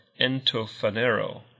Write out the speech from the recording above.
entofanero